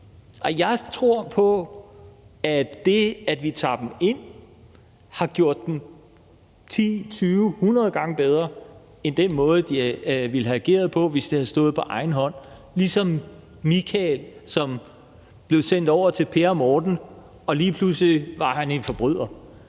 jeg tror på, at det, at vi har taget dem ind, har gjort dem 10, 20, 100 gange bedre end den måde, de ville have ageret på, hvis de har stået på egen hånd – ligesom Michael, som blev sendt over til Per og Morten, og lige pludselig var han en forbryder.